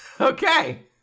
Okay